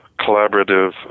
collaborative